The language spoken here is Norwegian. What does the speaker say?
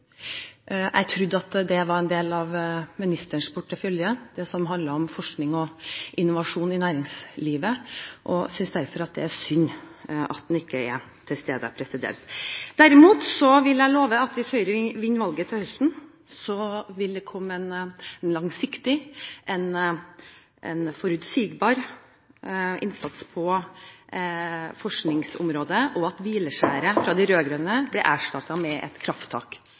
Jeg trodde at det var en del av ministerens portefølje – det som handler om forskning og innovasjon i næringslivet. Jeg synes derfor det er synd at han ikke er til stede. Derimot vil jeg love at hvis Høyre vinner valget til høsten, vil det komme en langsiktig og forutsigbar innsats på forskningsområdet, og at hvileskjæret fra de rød-grønne blir erstattet med et krafttak